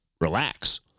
relax